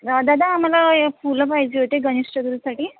दादा मला फुलं पाहिजे होते गणेश चतुर्थीसाठी